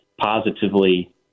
positively